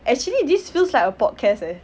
actually this feels like a podcast eh